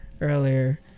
Earlier